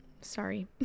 Sorry